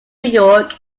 york